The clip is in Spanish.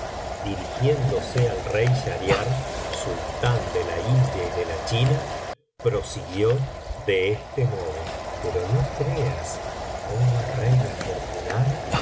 dirigiéndose al rey schahriar sultán de la india y de la china prosiguió de este modo pero no creas ola rey afortunado